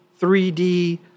3D